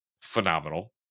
Phenomenal